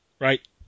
right